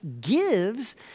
gives